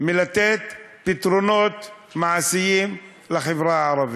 לתת פתרונות מעשיים לחברה הערבית.